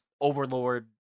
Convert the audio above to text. Overlord